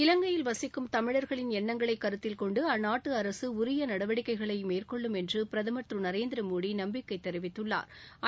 இலங்கையில் வசிக்கும் தமிழா்களின் எண்ணங்களை கருத்தில் கொண்டு அந்நாட்டு அரசு உரிய நடவடிக்கைகளை மேற்கொள்ளும் என்று பிரதமா் திரு நரேந்திர மோடி நம்பிக்கை தெரிவித்துள்ளாா்